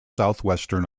southwestern